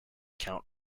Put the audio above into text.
count